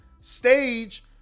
stage